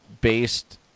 based